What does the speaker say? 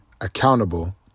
accountable